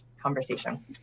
conversation